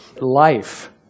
life